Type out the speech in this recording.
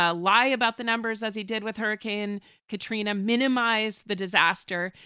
ah lie about the numbers, as he did with hurricane katrina, minimize the disaster.